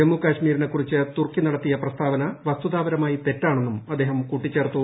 ജമ്മു കശ്മീരിനെക്കുറിച്ച് തുർക്കി നടത്തിയ പ്രസ്താവന വസ്തുതാപരമായി തെറ്റാണെന്നും അദ്ദേഹം കൂട്ടിചേർത്തു